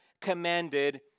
commanded